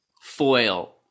foil